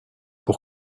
pour